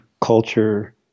culture